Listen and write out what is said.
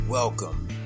Welcome